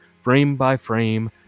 frame-by-frame